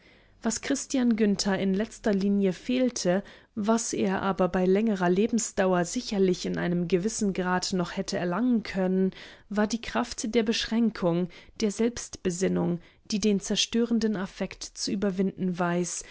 was christian günther in letzter linie fehlte was er aber bei längerer lebensdauer sicherlich in einem gewissen grad noch hätte erlangen können war die kraft der beschränkung der selbstbesinnung die den zerstörenden affekt zu überwinden weiß